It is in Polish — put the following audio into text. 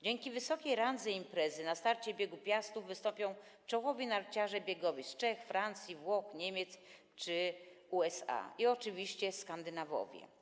Dzięki wysokiej randze imprezy na starcie Biegu Piastów wystąpią czołowi narciarze biegowi z Czech, Francji, Włoch, Niemiec czy USA i oczywiście Skandynawowie.